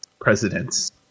presidents